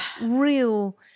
real